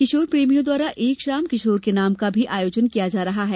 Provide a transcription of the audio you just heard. किशोर प्रेमियों द्वारा एक शाम किशोर के नाम का आयोजन किया जा रहा है